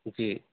جی